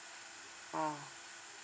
oh